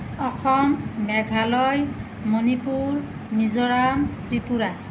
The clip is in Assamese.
অসম মেঘালয় মণিপুৰ মিজোৰাম ত্ৰিপুৰা